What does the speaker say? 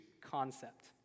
concept